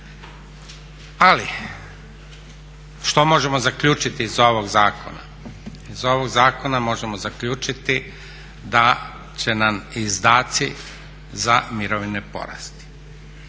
Ali što možemo zaključiti iz ovog zakona? Iz ovog zakona možemo zaključiti da će nam izdaci za mirovine porasti,